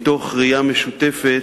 מתוך ראייה משותפת,